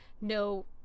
No